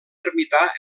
ermità